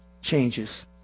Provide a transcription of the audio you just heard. changes